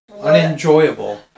unenjoyable